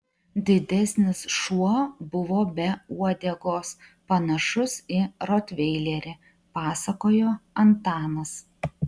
didesnis šuo buvo be uodegos panašus į rotveilerį pasakojo antanas